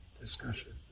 discussion